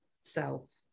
self